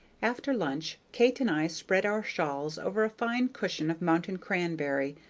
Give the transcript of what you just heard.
after lunch, kate and i spread our shawls over a fine cushion of mountain-cranberry,